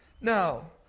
No